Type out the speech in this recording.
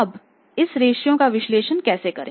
अब इस रेश्यो का विश्लेषण कैसे करें